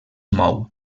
mou